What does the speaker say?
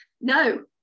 No